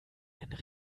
einen